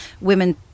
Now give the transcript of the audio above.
women